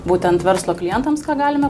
būtent verslo klientams ką galime